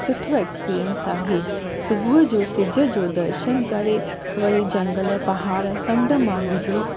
सुठो एक्सपीरियंस आहे सुबुह जो सिझ जो दर्शनु करे वरी झंगल पहाड़ समुंड मां गुज़री